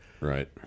Right